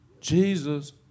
Jesus